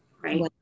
right